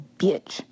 bitch